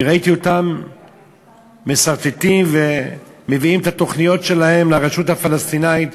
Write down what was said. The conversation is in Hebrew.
וראיתי אותם מסרטטים ומביאים את התוכניות שלהם לרשות הפלסטינית,